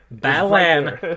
Balan